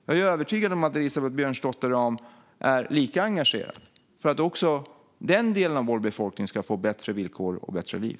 Jag är övertygad om att Elisabeth Björnsdotter Rahm är lika engagerad för att även den delen av vår befolkning ska få bättre villkor och bättre liv.